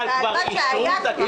כבר אישרו את הפנייה שלהם.